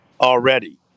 already